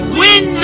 win